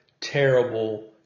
terrible